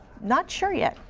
not sure yet.